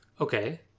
Okay